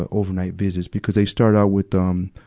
ah overnight visits because they started out with, um,